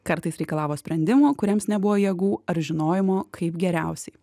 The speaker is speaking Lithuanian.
kartais reikalavo sprendimų kuriems nebuvo jėgų ar žinojimo kaip geriausiai